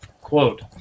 Quote